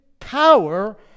power